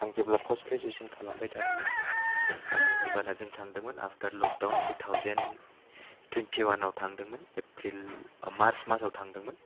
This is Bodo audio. आं जेब्ला पस्ट ग्रेजुएशन खालामबाय थादोंमोन ओ होनबाना जों थांदोंमोन आफथार लकदाउन टु थाउजेन टुवेनटिउवानाव थांदोंमोन एप्रिल ओ मारच मासाव थांदोंमोन